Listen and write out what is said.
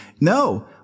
No